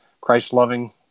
Christ-loving